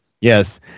Yes